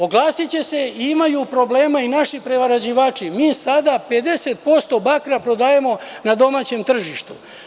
Oglasiće se, imaju problema i naši prerađivači, mi sada 50% bakra prodajemo na domaćem tržištu.